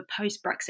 post-Brexit